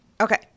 Okay